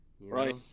Right